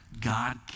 God